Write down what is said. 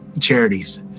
charities